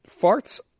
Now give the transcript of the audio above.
Farts